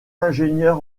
ingénieur